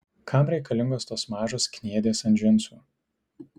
kam reikalingos tos mažos kniedės ant džinsų